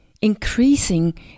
increasing